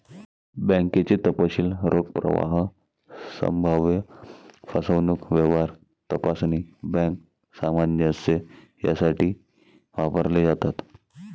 बँकेचे तपशील रोख प्रवाह, संभाव्य फसवणूक, व्यवहार तपासणी, बँक सामंजस्य यासाठी वापरले जातात